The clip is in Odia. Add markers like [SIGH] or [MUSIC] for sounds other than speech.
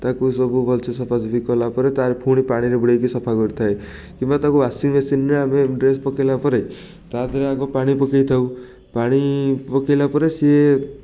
ତାକୁ ସବୁ ଭଲସେ ସଫାସୁଫି କଲାପରେ ତା'ର ଫୁଣି ପାଣିରେ ବୁଡ଼େଇକି ସଫା କରିଥାଏ କିମ୍ବା ତାକୁ ୱାସିଙ୍ଗ୍ମେସିନ୍ରେ ଆମେ [UNINTELLIGIBLE] ଡ୍ରେସ୍ ପକେଇଲା ପରେ ତା' ଦେହରେ ଆଗେ ପାଣି ପକେଇଥାଉ ପାଣି ପକେଇଲା ପରେ ସିଏ